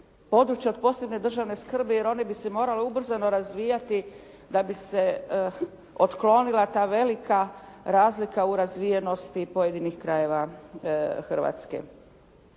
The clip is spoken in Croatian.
od posebne državne skrbi, jer one bi se morale ubrzano razvijati da bi se otklonila ta velika razlika u razvijenosti pojedinih krajeva Hrvatske.